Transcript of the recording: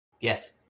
Yes